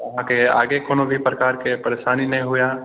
तऽ अहाँके आगे कोनो भी प्रकारके परेशानी नहि हुए